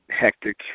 hectic